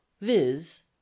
viz